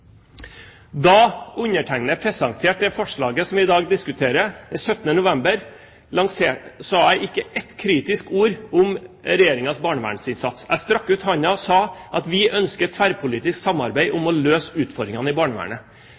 Da undertegnede 17. november i fjor presenterte det forslaget som vi i dag diskuterer, sa jeg ikke et kritisk ord om Regjeringens barnevernsinnsats. Jeg strakk ut handa og sa at vi ønsker et tverrpolitisk samarbeid om å møte utfordringene i barnevernet.